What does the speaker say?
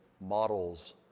Models